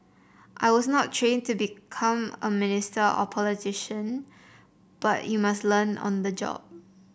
I was not trained to become a minister or politician but you must learn on the job